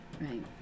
Right